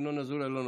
ינון אזולאי לא נוכח,